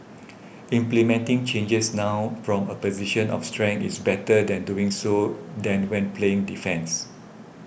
implementing changes now from a position of strength is better than doing so than when playing defence